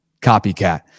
copycat